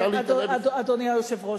אדוני היושב-ראש,